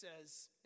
says